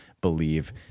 believe